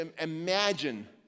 imagine